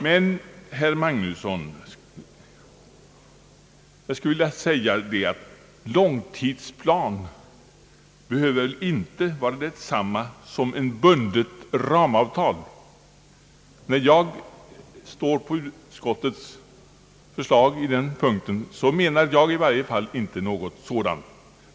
Men jag skulle gärna vilja säga till herr Magnusson, att en långtidsplan inte behöver vara detsamma som ett bundet ramavtal. När jag går på utskottets linje i det hänseendet, menar i varje fall inte jag någonting sådant.